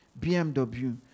BMW